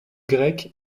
grec